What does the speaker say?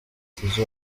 tizzo